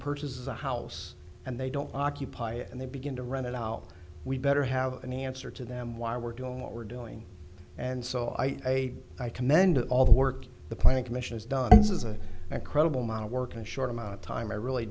purchases a house and they don't occupy it and they begin to rent it out we better have an answer to them why we're doing what we're doing and so i commend all the work the planning commission has done this is a incredible amount of work in a short amount of time i really